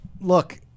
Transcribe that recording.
Look